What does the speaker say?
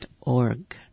org